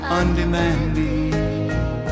undemanding